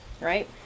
right